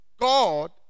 God